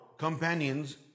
Companions